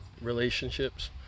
relationships